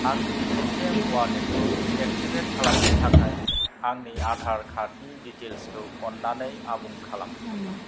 आंनि पेटिएम अवालेटखौ एक्टिभेट खालामनो थाखाय आंनि आधार कार्डनि डिटेल्सखौ अननानै आबुं खालाम